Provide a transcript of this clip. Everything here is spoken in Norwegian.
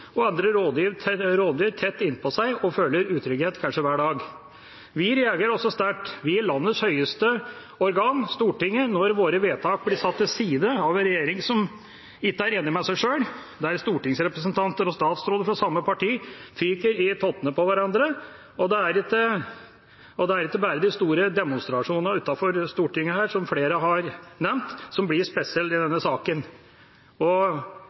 og andre rovdyr tett innpå seg og føler utrygghet, kanskje hver dag. Vi reagerer også sterkt, vi i landets høyeste organ, Stortinget, når våre vedtak blir satt til side av en regjering som ikke er enig med seg sjøl, der stortingsrepresentanter og statsråder fra samme parti ryker i tottene på hverandre. Det er ikke bare de store demonstrasjonene utenfor Stortinget, som flere har nevnt, som blir spesielt i denne saken.